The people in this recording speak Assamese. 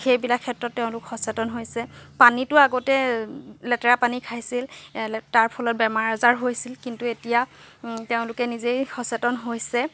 সেইবিলাক ক্ষেত্ৰত তেওঁলোক সচেতন হৈছে পানীতো আগতে লেতেৰা পানী খাইছিল তাৰ ফলত বেমাৰ আজাৰ হৈছিল কিন্তু এতিয়া তেওঁলোকে নিজেই সচেতন হৈছে